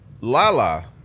Lala